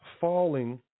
falling